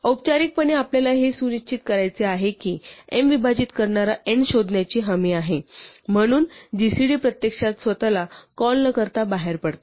औपचारिकपणे आपल्याला हे सुनिश्चित करायचे आहे की m विभाजित करणारा n शोधण्याची हमी आहे म्हणून gcd प्रत्यक्षात स्वतःला कॉल न करता बाहेर पडते